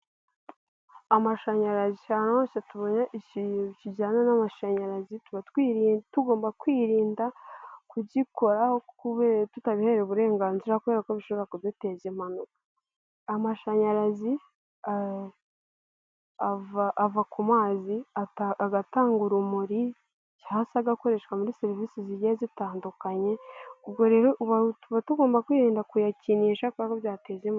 Amashanyarazi, ahantu hose tubonye ikintu kijyanaye n'amashanyarazi tuba tugomba kwirinda kugikoraho tutabiherewe uburenganzira kubera ko bishobora kudutera impanuka. Amashanyarazi ava ku mazi agatanga urumuri cyangwa se agakoreshwa muri serivisi zigiye zitandukanye, ubwo rero tuba tugomba kwirinda kuyakinisha kubera ko byateza impanuka.